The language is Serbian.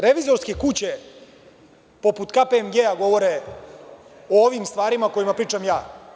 Revizorske kuće poput KPMG-a govore o ovim stvarima o kojima pričam ja.